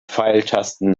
pfeiltasten